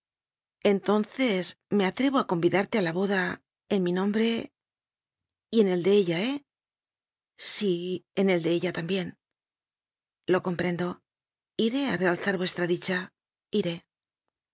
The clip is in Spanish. entonces me atrevo a convidarte a la boda en mi nombre f y en el de ella eh sí en el de ella también lo comprendo iré a realzar vuestra dicha iré